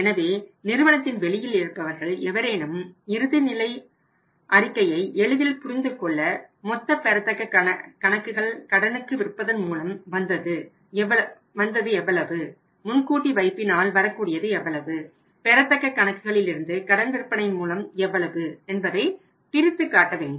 எனவே நிறுவனத்தின் வெளியில் இருப்பவர்கள் எவரேனும் இறுதி நிலை அறிக்கையை எளிதில் புரிந்துகொள்ள மொத்த பெறத்தக்க கணக்குகள் கடனுக்கு விற்பதன் மூலம் வந்தது எவ்வளவு முன்கூட்டி வைப்பினால் வரக்கூடியது எவ்வளவு பெறத்தக்க கணக்குகளில் இருந்து கடன் விற்பனையின் மூலம் எவ்வளவு என்பதை பிரித்து காட்ட வேண்டும்